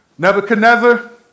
Nebuchadnezzar